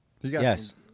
Yes